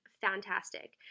fantastic